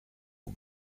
aux